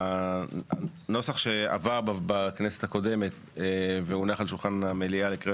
הנוסח שעבר בכנסת הקודמת והונח על שולחן המליאה לקריאה